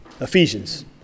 Ephesians